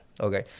okay